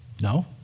No